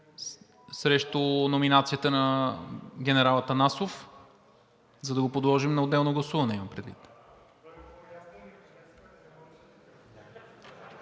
срещу номинацията на генерал Атанасов, за да го подложим на отделно гласуване?